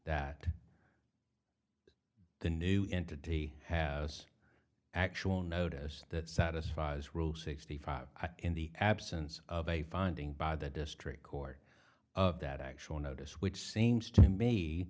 that the new entity has actual notice that satisfies rule sixty five in the absence of a finding by the district court that actual notice which seems to me